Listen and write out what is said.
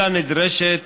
אלא נדרשת